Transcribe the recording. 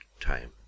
time